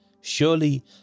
Surely